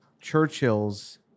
Churchill's